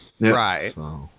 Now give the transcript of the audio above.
right